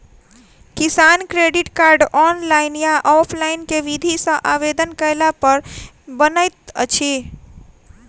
किसान credit card, online या offline केँ विधि सँ आवेदन कैला पर बनैत अछि?